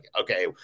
okay